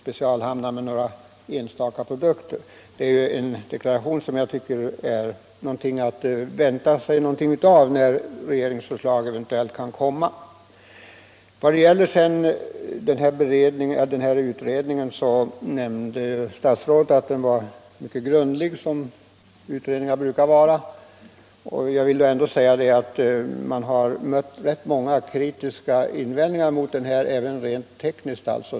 Efter den deklarationen kan man ställa vissa förhoppningar på det regeringsförslag som eventuellt skall komma. Statsrådet sade att utredningen hade varit mycket grundlig som utredningar brukar vara. Jag vill ändå säga att man har mött många kritiska invändningar mot den, även rent tekniskt alltså.